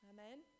Amen